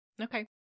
Okay